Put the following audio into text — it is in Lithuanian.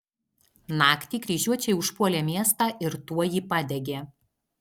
naktį kryžiuočiai užpuolė miestą ir tuoj jį padegė